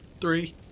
Three